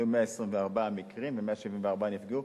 היו 124 מקרים ו-174 נפגעו.